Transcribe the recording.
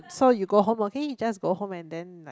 so you go home okay you just go home and then like